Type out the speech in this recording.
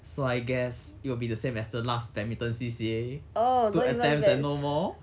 so I guess it will be the same as the last badminton C_C_A two attempts and no more